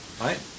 right